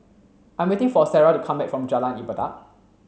I'm waiting for Sarrah to come back from Jalan Ibadat